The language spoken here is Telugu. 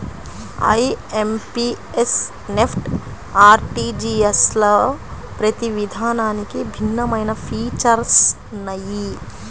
ఐఎమ్పీఎస్, నెఫ్ట్, ఆర్టీజీయస్లలో ప్రతి విధానానికి భిన్నమైన ఫీచర్స్ ఉన్నయ్యి